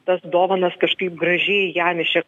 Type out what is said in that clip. tas dovanas kažkaip gražiai jam iš čia